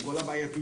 עם כל הבעייתיות